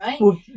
right